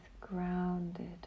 grounded